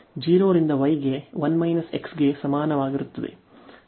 0 ರಿಂದ y ಗೆ 1 x ಗೆ ಸಮಾನವಾಗಿರುತ್ತದೆ